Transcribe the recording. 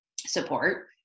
support